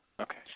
Okay